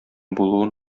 булуын